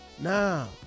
now